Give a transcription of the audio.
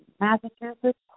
Massachusetts